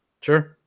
Sure